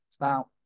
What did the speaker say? Now